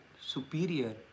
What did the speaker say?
superior